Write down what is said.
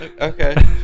Okay